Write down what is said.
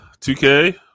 2K